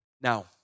Now